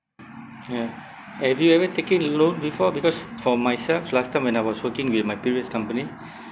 ya have you ever taken a loan before because for myself last time when I was working with my previous company